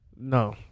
No